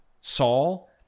Saul